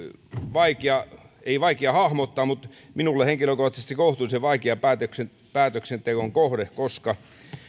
vaikea ei vaikea hahmottaa mutta minulle henkilökohtaisesti kohtuullisen vaikea päätöksenteon kohde koska